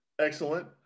Excellent